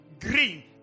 green